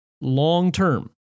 long-term